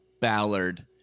Ballard